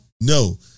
No